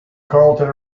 carlton